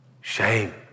Shame